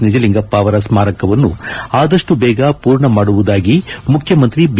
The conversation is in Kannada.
ನಿಜಲಿಂಗಪ್ಪ ಅವರ ಸ್ಮಾರಕವನ್ನು ಆದಷ್ಟು ಬೇಗ ಪೂರ್ಣ ಮಾಡುವುದಾಗಿ ಮುಖ್ಯಮಂತ್ರಿ ಬಿ